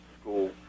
school